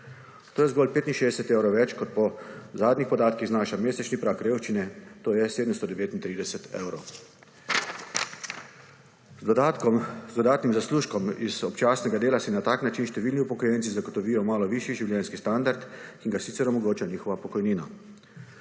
To je zgolj 65 evrov več, kot po zadnjih podatkih znaša mesečni prag revščine, to je 739 evrov. Z dodatnim zaslužkom iz občasnega dela si na tak način številni upokojenci zagotovijo malo višji življenjski standard, ki jim ga sicer omogoča njihova pokojnina.